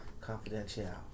Confidential